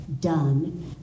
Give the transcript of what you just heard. done